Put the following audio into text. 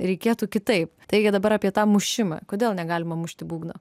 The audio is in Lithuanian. reikėtų kitaip taigi dabar apie tą mušimą kodėl negalima mušti būgną